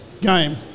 game